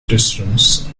distance